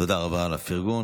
תודה רבה על הפרגון.